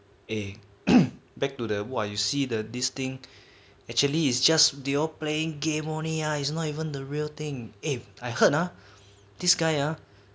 eh back to the !wah! you see the this thing actually is just they all playing game only ah it's not even the real thing eh I heard ah this guy ah